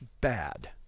bad